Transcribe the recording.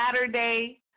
Saturday